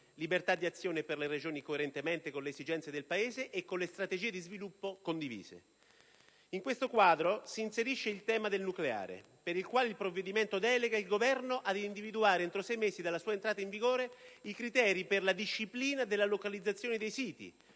libertà d'azione per le Regioni, coerentemente con le esigenze del Paese e con le strategie di sviluppo condivise. In questo quadro si inserisce il tema del nucleare, per il quale il provvedimento delega il Governo ad individuare, entro sei mesi dalla sua entrata in vigore, i criteri per la disciplina della localizzazione dei siti,